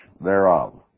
thereof